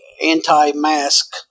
anti-mask